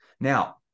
Now